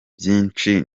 byinshi